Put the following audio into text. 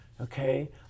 okay